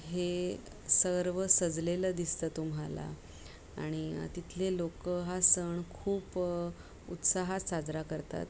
हे सर्व सजलेलं दिसतं तुम्हाला आणि तिथले लोक हा सण खूप उत्साहात साजरा करतात